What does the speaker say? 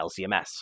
LCMS